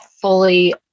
fully